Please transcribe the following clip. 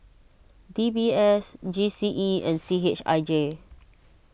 D B S G C E and C H I J